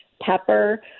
pepper